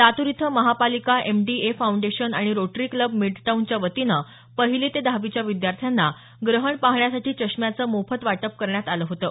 लातूर इथं महापालिका M D A foundation आणि रोटरी क्लब मिडटाउन च्या वतीने पहिली ते दहावीच्या विद्यार्थ्यांना ग्रहण पाहण्यासाठी चष्म्याचे मोफत वाटप करण्यात आलं होतं